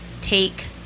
take